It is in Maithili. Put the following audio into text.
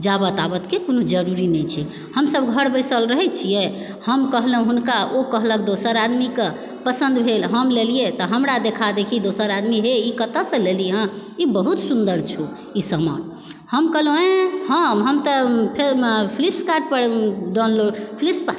जाबऽ ताबऽ के कोनो जरुरी नहि छै हमसब घर बैसल रहै छियै हम कहलहुँ कहलक दोसर आदमीके पसन्द भेल हम लेलियै तऽ हमरा देखा देखी दोसर आदमी हे ई कतऽ सँ लेली हँ ई बहुत सुन्दर छौ ई सामान हम कहलहुँ ए हम हम तऽ फ्लिपकार्टपर डाउनलोड फ्लिपकार्ट